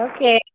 Okay